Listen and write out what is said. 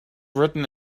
written